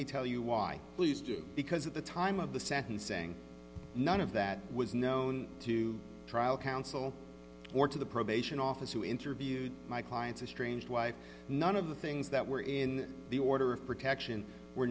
me tell you why please do because at the time of the sentencing none of that was known to trial counsel or to the probation office who interviewed my client's estranged wife none of the things that were in the order of protection were